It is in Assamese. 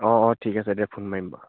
অ' অ' ঠিক আছে দিয়া ফোন মাৰিম বাৰু